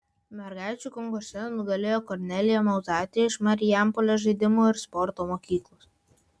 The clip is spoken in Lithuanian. mergaičių konkurse nugalėjo kornelija mauzaitė iš marijampolės žaidimų ir sporto mokyklos